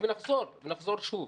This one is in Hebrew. ונחזור, ונחזור שוב.